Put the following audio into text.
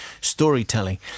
storytelling